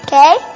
Okay